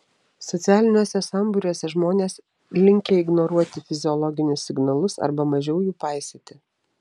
socialiniuose sambūriuose žmonės linkę ignoruoti fiziologinius signalus arba mažiau jų paisyti